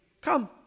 come